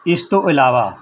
ਇਸ ਤੋਂ ਇਲਾਵਾ